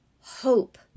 hope